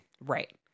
Right